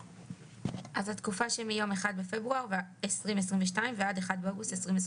אז התקופה שמיום 1 בפברואר 2022 ועד 1 באוגוסט 2023. אולי כדאי